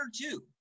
two